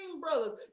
brothers